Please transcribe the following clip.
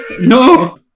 No